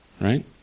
right